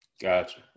Gotcha